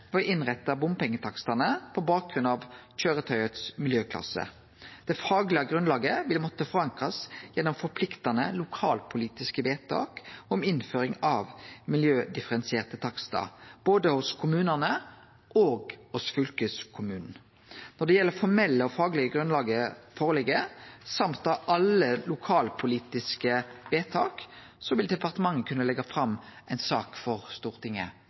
ved å innrette bompengetakstane på bakgrunn av miljøklassen til køyretøyet. Det faglege grunnlaget vil måtte vere forankra gjennom forpliktande lokalpolitiske vedtak om innføring av miljødifferensierte takstar både hos kommunane og hos fylkeskommunen. Når det formelle og faglege grunnlaget og alle lokalpolitiske vedtak ligg føre, vil departementet kunne leggje fram ei sak for Stortinget.